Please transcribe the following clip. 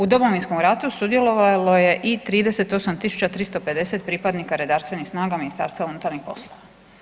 U Domovinskom ratu sudjelovalo je i 38350 pripadnika redarstvenih snaga Ministarstva unutarnjih poslova.